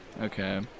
Okay